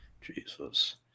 Jesus